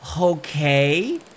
Okay